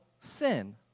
sin